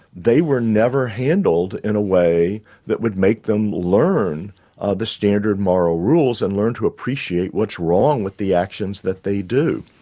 they were never handled in a way that would make them learn ah the standard moral rules and learn to appreciate what's wrong with the actions that they do.